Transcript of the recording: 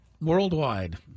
worldwide